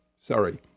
sorry